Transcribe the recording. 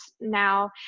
now